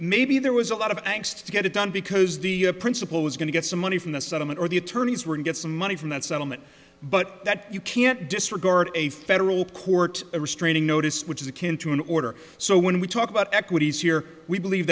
maybe there was a lot of banks to get it done because the principal was going to get some money from the settlement or the attorneys were to get some money from that settlement but that you can't disregard a federal court a restraining notice which is akin to an order so when we talk about equities here we believe